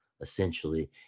essentially